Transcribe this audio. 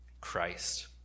Christ